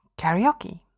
karaoke